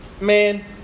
man